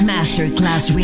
Masterclass